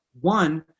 One